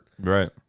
Right